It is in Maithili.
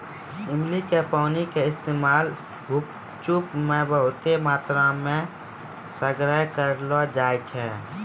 इमली के पानी के इस्तेमाल गुपचुप मे बहुते मात्रामे सगरे करलो जाय छै